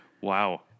Wow